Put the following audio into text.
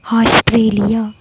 Australia